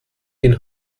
den